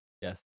Yes